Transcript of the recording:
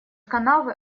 канавы